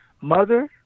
mother